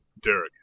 Derek